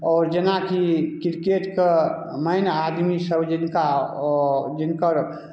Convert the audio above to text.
आओर जेनाकि क्रिकेटके मेन आदमीसभ जिनका जिनकर